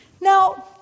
Now